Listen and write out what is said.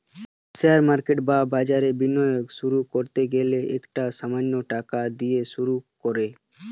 share market বা বাজারে বিনিয়োগ শুরু করতে গেলে একটা সামান্য টাকা দিয়ে শুরু করো